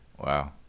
Wow